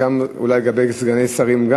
גם אולי לגבי סגני שרים,